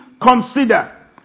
consider